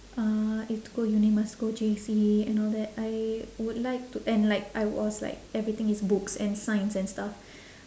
uh you have to go uni must go J_C and all that I would like to and like I was like everything is books and science and stuff